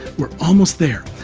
we're almost there.